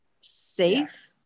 safe